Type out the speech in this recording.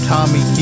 Tommy